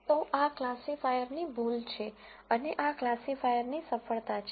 તો આ ક્લાસિફાયરની ભૂલ છે અને આ ક્લાસિફાયરની સફળતા છે